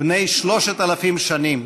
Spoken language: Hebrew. בני 3,000 שנים,